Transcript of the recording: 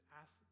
ask